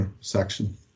section